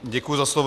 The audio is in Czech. Děkuji za slovo.